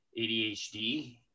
ADHD